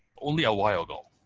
only a while ago,